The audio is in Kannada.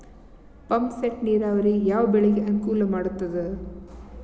ಪಂಪ್ ಸೆಟ್ ನೇರಾವರಿ ಯಾವ್ ಬೆಳೆಗೆ ಅನುಕೂಲ ಮಾಡುತ್ತದೆ?